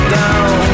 down